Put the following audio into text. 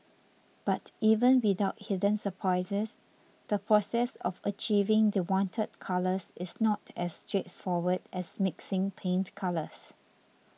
but even without hidden surprises the process of achieving the wanted colours is not as straightforward as mixing paint colours